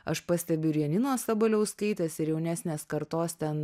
aš pastebiu ir janinos sabaliauskaitės ir jaunesnės kartos ten